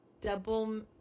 Double